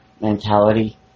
mentality